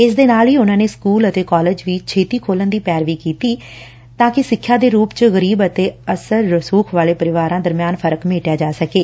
ਇਸ ਦੇ ਨਾਲ ਹੀ ਉਨੂਾਂ ਨੇ ਸਕੁਲ ਅਤੇ ਕਾਲਜ ਵੀ ਛੇਤੀ ਖੋਲੁਣ ਦੀ ਪੈਰਵੀ ਕੀਤੀ ਤਾਂ ਕਿ ਸਿੱਖਿਆ ਦੇ ਰੁਪ ਚ ਗਰੀਬ ਅਤੇ ਅਸਰ ਰਸੂਖਵਾਲੇ ਪਰਿਵਾਰਾਂ ਦਰਮਿਆਨ ਫਰਕ ਮੇਟਿਆ ਜਾ ਸਕੇ